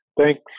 thanks